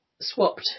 swapped